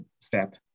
step